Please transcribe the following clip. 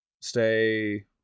stay